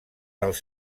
dels